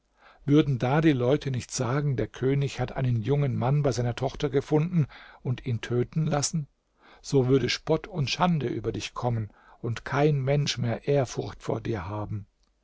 würden da die leute nicht sagen der könig hat einen jungen mann bei seiner tochter gefunden und ihn töten lassen so würde spott und schande über dich kommen und kein mensch mehr ehrfurcht vor dir haben